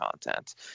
content